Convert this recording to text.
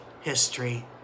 history